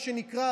מה שנקרא,